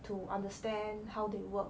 to understand how they work